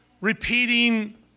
repeating